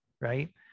right